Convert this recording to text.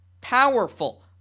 powerful